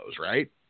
right